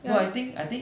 ya lor